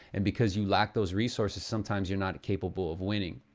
and because you lack those resources, sometimes you're not capable of winning.